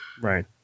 Right